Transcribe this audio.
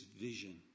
vision